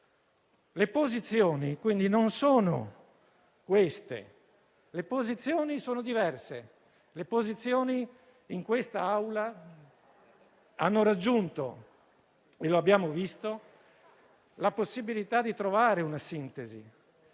Le posizioni, quindi, non sono queste. Le posizioni sono diverse, le posizioni in quest'Aula hanno raggiunto - lo abbiamo visto - la possibilità di trovare una sintesi